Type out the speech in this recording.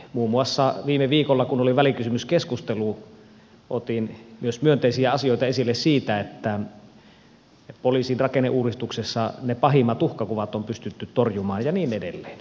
muun muassa viime viikolla kun oli välikysymyskeskustelu otin myös myönteisiä asioita esille siitä että poliisin rakenneuudistuksessa ne pahimmat uhkakuvat on pystytty torjumaan ja niin edelleen